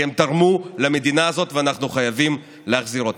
כי הם תרמו למדינה הזאת ואנחנו חייבים להחזיר להם.